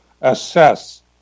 assess